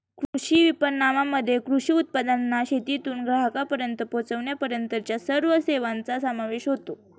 कृषी विपणनामध्ये कृषी उत्पादनांना शेतातून ग्राहकांपर्यंत पोचविण्यापर्यंतच्या सर्व सेवांचा समावेश होतो